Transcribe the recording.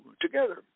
together